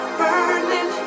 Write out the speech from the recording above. burning